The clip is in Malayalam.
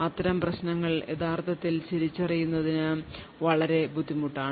അത്തരം പ്രശ്നങ്ങൾ യഥാർത്ഥത്തിൽ തിരിച്ചറിയുന്നത് വളരെ ബുദ്ധിമുട്ടാണ്